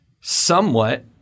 somewhat